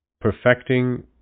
perfecting